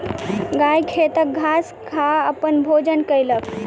गाय खेतक घास खा के अपन भोजन कयलक